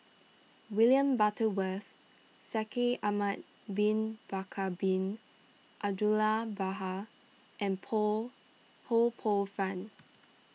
William Butterworth Shaikh Ahmad Bin Bakar Bin Abdullah and Poh Ho Poh Fun